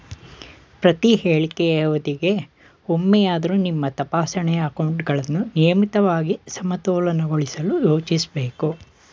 ಪ್ರತಿಹೇಳಿಕೆ ಅವಧಿಗೆ ಒಮ್ಮೆಯಾದ್ರೂ ನಿಮ್ಮ ತಪಾಸಣೆ ಅಕೌಂಟ್ಗಳನ್ನ ನಿಯಮಿತವಾಗಿ ಸಮತೋಲನಗೊಳಿಸಲು ಯೋಚಿಸ್ಬೇಕು